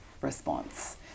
response